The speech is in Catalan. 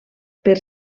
per